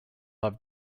have